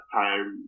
time